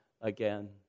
again